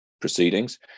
proceedings